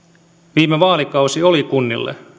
viime vaalikausi oli kunnille